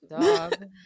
Dog